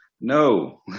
No